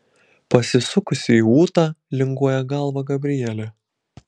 pasisukusi į ūtą linguoja galvą gabrielė